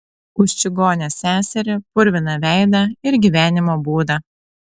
už čigonę seserį purviną veidą ir gyvenimo būdą